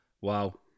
wow